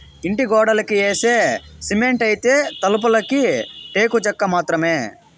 ఇంటి గోడలకి యేసే సిమెంటైతే, తలుపులకి టేకు చెక్క మాత్రమే